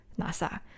nasa